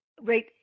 right